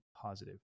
positive